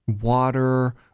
water